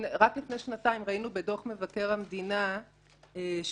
רק לפני שנתיים ראינו בדוח מבקר המדינה שפורסם,